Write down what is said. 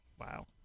Wow